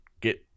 get